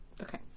Okay